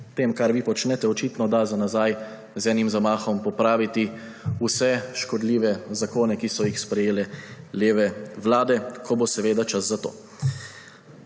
tem, kar vi počnete, očitno da za nazaj z enim zamahom popraviti vse škodljive zakone, ki so jih sprejele leve vlade, ko bo čas za to.